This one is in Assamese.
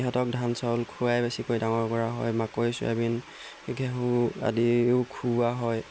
সিহঁতক ধান চাউল খুৱাই বেছিকৈ ডাঙৰ কৰা হয় মাকৈ চয়াবিন ঘেহু আদিও খুওৱা হয়